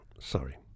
sorry